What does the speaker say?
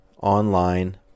online